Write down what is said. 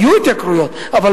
ההתייקרויות האלה לא היו.